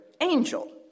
angel